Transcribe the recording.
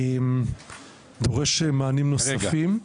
דורש מענים נוספים,